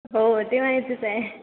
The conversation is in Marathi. हो हो ते माहितीच आहे